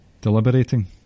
deliberating